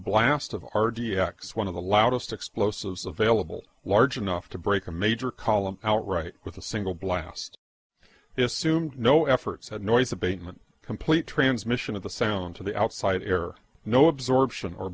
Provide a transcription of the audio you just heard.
blast of r d x one of the loudest explosives available large enough to break a major column outright with a single blast is assumed no efforts at noise abatement complete transmission of the sound to the outside air no absorption or